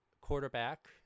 quarterback